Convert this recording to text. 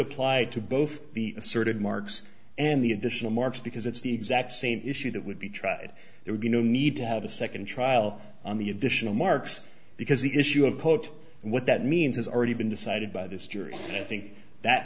apply to both the asserted marks and the additional marks because it's the exact same issue that would be tried it would be no need to have a second trial on the additional marks because the issue of quote what that means has already been decided by th